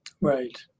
right